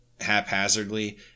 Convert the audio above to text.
haphazardly